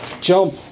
Jump